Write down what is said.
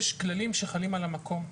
יש כללים שחלים על המקום.